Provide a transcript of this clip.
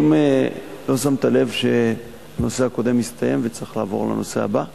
האם לא שמת לב שהנושא הקודם הסתיים וצריך לעבור לנושא הבא?